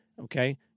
Okay